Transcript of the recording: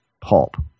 pulp